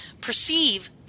perceive